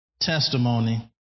testimony